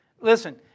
Listen